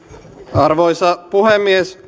arvoisa puhemies